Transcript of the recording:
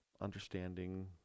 understanding